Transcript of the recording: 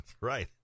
Right